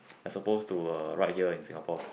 and suppose to ride here in Singapore